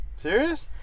Serious